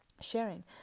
sharing